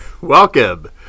Welcome